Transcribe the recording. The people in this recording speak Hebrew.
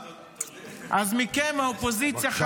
אז מכם, האופוזיציה -- בבקשה לסכם.